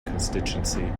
constituency